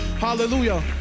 hallelujah